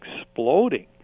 exploding